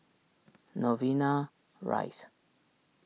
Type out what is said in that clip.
Novena Rise